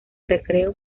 recreo